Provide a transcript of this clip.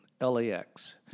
LAX